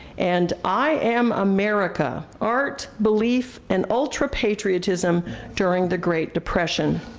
and, i am america art, belief, and ultra patriotism during the great depression.